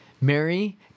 Mary